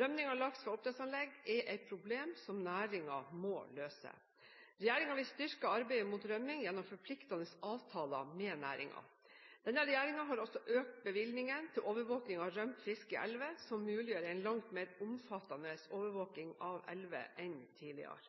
Rømming av laks fra oppdrettsanlegg er et problem som næringen må løse. Regjeringen vil styrke arbeidet mot rømming gjennom forpliktende avtaler med næringen. Denne regjeringen har også økt bevilgningene til overvåking av rømt fisk i elver, som muliggjør en langt mer omfattende overvåking av elver enn tidligere.